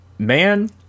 man